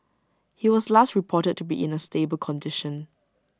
he was last reported to be in A stable condition